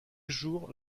jours